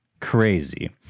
crazy